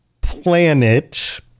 planet